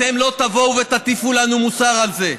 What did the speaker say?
אתם לא תבואו ותטיפו לנו מוסר על זה.